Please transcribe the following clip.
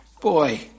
boy